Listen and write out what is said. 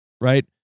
right